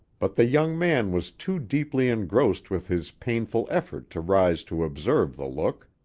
but the young man was too deeply engrossed with his painful effort to rise to observe the look,